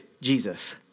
Jesus